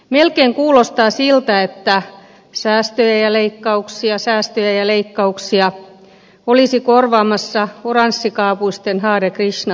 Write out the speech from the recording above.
melkein kuulostaa siltä että säästöjä ja leikkauksia säästöjä ja leikkauksia olisi korvaamassa oranssikaapuisten hare krishna hare krishnan